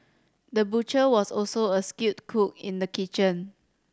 the butcher was also a skilled cook in the kitchen